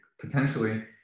potentially